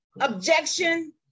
Objection